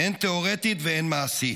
הן תיאורטית והן מעשית.